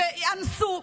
ואנסו,